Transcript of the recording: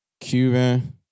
Cuban